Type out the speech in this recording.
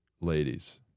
ladies